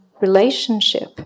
relationship